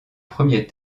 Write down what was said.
premier